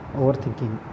overthinking